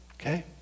okay